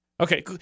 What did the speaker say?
Okay